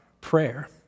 prayer